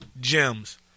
gems